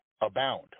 abound